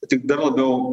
tik dar labiau